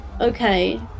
Okay